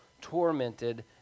tormented